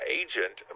agent